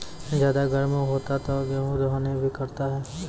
ज्यादा गर्म होते ता गेहूँ हनी भी करता है?